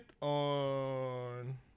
on